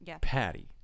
patty